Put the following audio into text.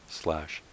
slash